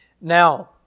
Now